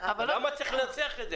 למה צריך לנסח את זה?